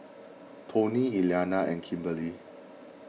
Toney Elianna and Kimberli